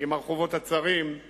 עם הרחובות הצרים;